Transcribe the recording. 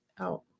out